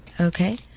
okay